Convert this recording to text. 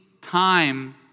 time